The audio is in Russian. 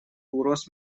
угроз